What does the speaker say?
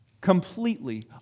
completely